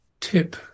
tip